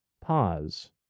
pause